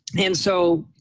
and so